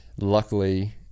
luckily